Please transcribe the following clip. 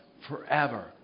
forever